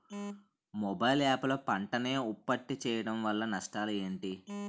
Mobile app లో పంట నే ఉప్పత్తి చేయడం వల్ల నష్టాలు ఏంటి?